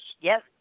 Yes